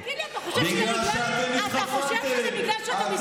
תגיד לי, אתה חושב שזה בגלל שאתה מזרחי?